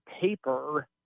paper